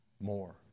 more